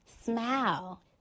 Smile